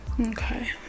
Okay